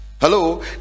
Hello